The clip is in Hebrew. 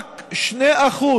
רק 2%,